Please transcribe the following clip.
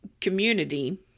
community